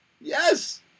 Yes